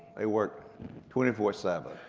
they work twenty four seven,